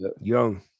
young